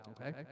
okay